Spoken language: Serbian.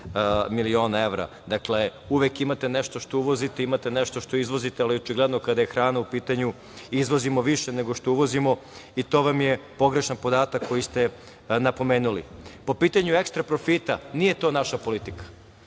miliona evra. Dakle, uvek imate nešto što uvozite, imate nešto što izvozite, ali očigledno kada je hrana u pitanju izvozimo više nego što uvozimo i to vam je pogrešan podatak koji ste napomenuli. Po pitanju ekstra profita, nije to naša politika.